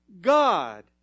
God